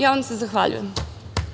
Ja vam se zahvaljujem.